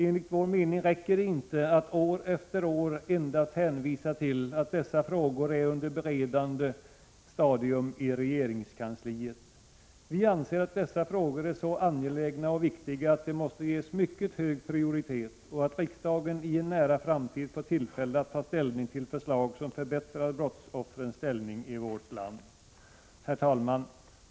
Enligt vår mening räcker det inte att år efter år endast hänvisa till att dessa frågor är under beredande i regeringskansliet. Vi anser att de är så angelägna och viktiga att de måste ges mycket hög prioritet och att riksdagen i en nära framtid måste få tillfälle att ta ställning till förslag som förbättrar brottsoffrens ställning i vårt land. Herr talman!